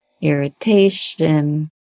irritation